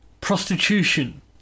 prostitution